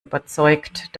überzeugt